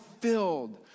filled